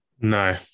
No